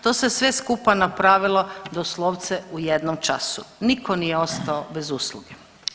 To se sve skupa napravilo doslovce u jednom času, niko nije ostao bez usluge.